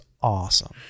awesome